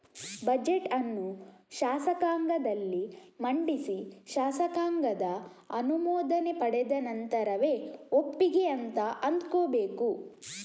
budget ಅನ್ನು ಶಾಸಕಾಂಗದಲ್ಲಿ ಮಂಡಿಸಿ ಶಾಸಕಾಂಗದ ಅನುಮೋದನೆ ಪಡೆದ ನಂತರವೇ ಒಪ್ಪಿಗೆ ಅಂತ ಅಂದ್ಕೋಬೇಕು